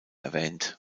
erwähnt